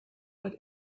what